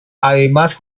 además